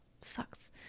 sucks